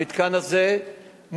המתקן הזה מוכן,